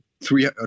three